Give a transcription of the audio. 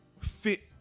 fit